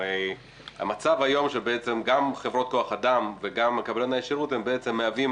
הרי המצב היום הוא שבעצם גם חברות כוח אדם וגם קבלני השירות מהווים